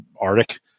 Arctic